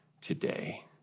today